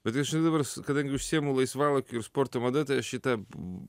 bet dabar kadangi užsiimu laisvalaikiu ir sporto mada tai šitą